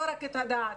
לא רק את הדעת.